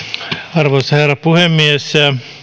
arvoisa herra puhemies